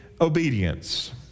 obedience